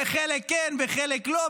וחלק כן וחלק לא,